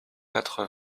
quatre